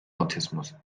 autismus